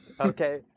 Okay